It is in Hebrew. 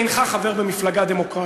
אינך חבר במפלגה דמוקרטית.